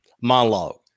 monologue